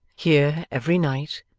here, every night,